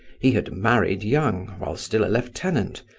he had married young, while still a lieutenant,